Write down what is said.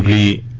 e.